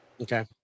Okay